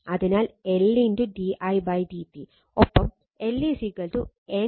അതിനാൽ L d i d t